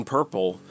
Purple